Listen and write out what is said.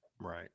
right